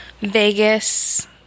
Vegas